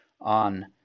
on